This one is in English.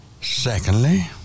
Secondly